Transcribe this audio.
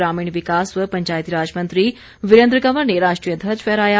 ग्रामीण विकास व पंचायतीराज मंत्री वीरेंद्र कवर ने राष्ट्रीय ध्वज फहराया